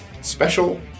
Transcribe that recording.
special